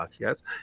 yes